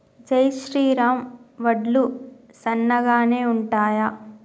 జై శ్రీరామ్ వడ్లు సన్నగనె ఉంటయా?